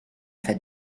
fait